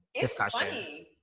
discussion